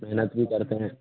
मेहनत भी करते हैं